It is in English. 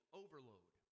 overload